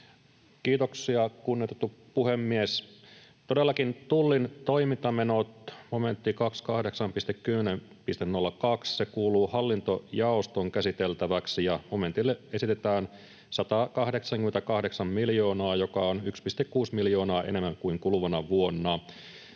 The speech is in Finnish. Kiitoksia, kunnioitettu puhemies! Todellakin Tullin toimintamenot, momentti 28.10.02, kuuluvat hallintojaoston käsiteltäväksi. Momentille esitetään 188 miljoonaa, joka on 1,6 miljoonaa enemmän kuin kuluvana vuonna.